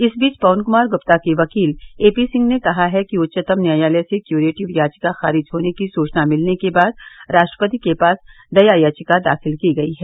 इस बीच पवन कुमार गुप्ता के वकील एपी सिंह ने कहा है कि उच्चतम न्यायालय से क्यूरेटिव याचिका खारिज होने की सूचना मिलने के बाद राष्ट्रपति के पास दया याचिका दाखिल की गई है